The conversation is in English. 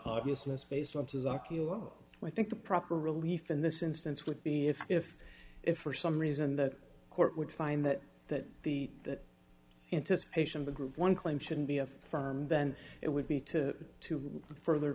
obviousness based on his akio i think the proper relief in this instance would be if if if for some reason the court would find that that the that anticipation the group one claim shouldn't be a firm then it would be to to further